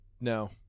No